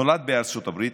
נולד בארצות הברית,